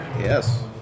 Yes